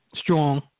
strong